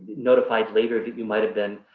notified later but you might have been,